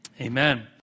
amen